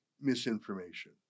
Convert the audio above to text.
misinformation